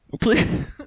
Please